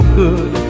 good